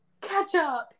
Ketchup